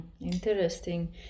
Interesting